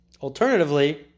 Alternatively